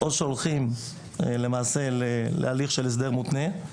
או שהולכים להליך של הסדר מותנה,